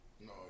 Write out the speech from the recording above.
No